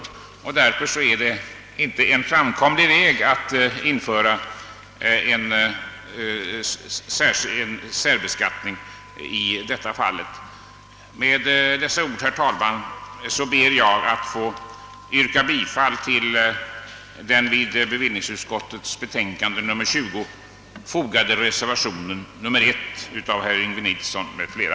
Därför är det inte en framkomlig väg att införa särbeskattning. i detta fall. Med dessa ord, herr talman, ber jag att få yrka bifall till den vid bevillningsutskottets betänkande fogade reservationen 1 av herr Yngve Nilsson m.fl.